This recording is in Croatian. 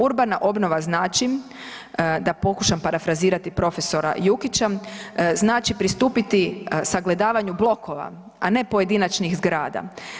Urbana obnova znači da pokušam parafrazirati prof. Jukića, znači pristupiti sagledavanju blokova, a ne pojedinačnih zgrada.